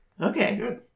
Okay